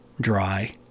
dry